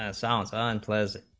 ah cells ah unpleasant